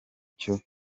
cyo